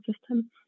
system